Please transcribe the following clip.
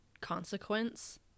consequence